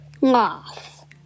laugh